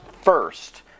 first